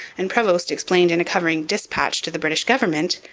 and prevost explained in a covering dispatch to the british government,